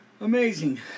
Amazing